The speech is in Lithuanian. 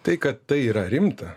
tai kad tai yra rimta